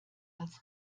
als